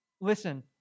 Listen